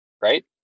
right